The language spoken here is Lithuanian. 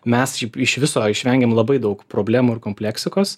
mes iš viso išvengiam labai daug problemų ir kompleksikos